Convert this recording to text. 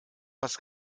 was